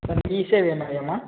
sir e சேவை மையமா